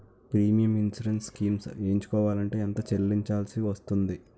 Premium insurance schemes ఎంచుకోవలంటే ఎంత చల్లించాల్సివస్తుంది??